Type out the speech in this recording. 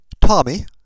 Tommy